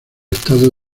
estado